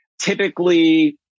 typically